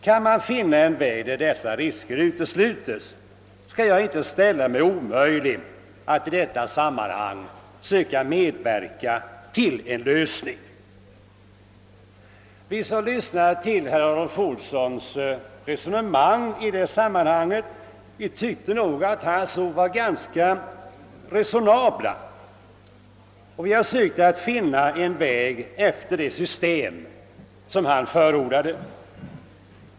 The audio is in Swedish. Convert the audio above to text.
Kan man finna en väg där dessa risker uteslutes skall jag inte ställa mig omöjlig till att i detta sammanhang medverka till en lösning. Vi som lyssnade fann herr Adolv Olssons ord resonabla och har sökt att finna en sådan väg som han förordade.